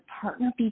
partner